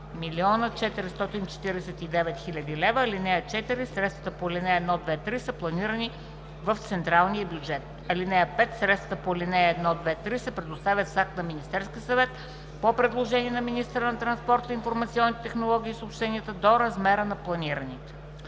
млн. 449 хил. лв. (4) Средствата по алинеи 1, 2 и 3 са планирани в централния бюджет. (5) Средствата по алинеи 1, 2 и 3 се предоставят с акт на Министерския съвет по предложение на министъра на транспорта, информационните технологии и съобщенията до размера на планираните.